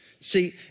See